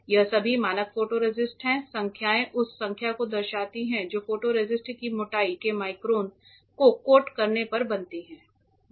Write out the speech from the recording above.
ये सभी मानक फोटोरेसिस्ट हैं संख्याएं उस संख्या को दर्शाती हैं जो फोटोरेसिस्ट की मोटाई के माइक्रोन को कोट करने पर बनती है